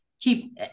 keep